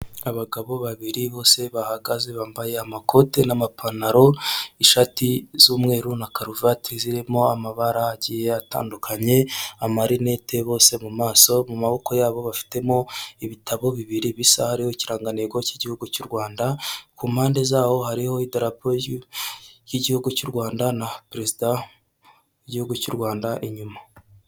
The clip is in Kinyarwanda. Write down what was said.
Abagabo babiri bose bahagaze bambaye amakoti n'amapantaro ishati z'umweru na karuvati zirimo amabara atandukanye, amarinete bose mu maso, mu maboko yabo bafitemo ibitabo bibiri bisa, hari ho ikirangantego cy'igihugu cy'u Rwanda, ku mpande zaho harihoterarapo y'igihugu cy'u Rwanda na perezida igihugu cy'u Rwanda inyuma